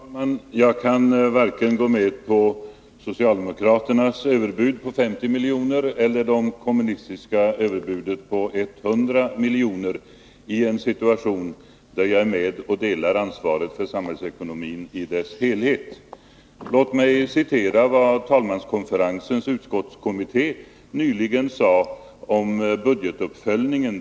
Herr talman! Jag kan varken gå med på socialdemokraternas överbud på 50 miljoner eller det kommunistiska på 100 miljoner i en situation där jag är med och delar ansvaret för samhällsekonomin i dess helhet. Låt mig citera vad talmanskonferensens utskottskommitté nyligen sade om budgetuppföljningen.